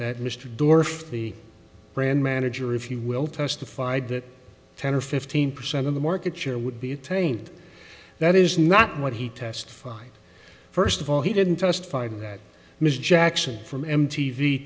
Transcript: that mr dorf the brand manager if you will testified that ten or fifteen percent of the market share would be attained that is not what he testified first of all he didn't testified that mr jackson from m